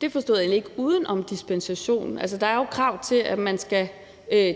Det forstod jeg egentlig ikke. Uden om dispensationen? Altså, der er jo krav om, at man skal